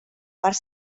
part